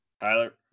Tyler